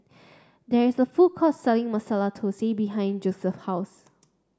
there is a food court selling Masala Thosai behind Joeseph's house